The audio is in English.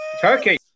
Turkey